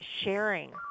sharing